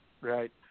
Right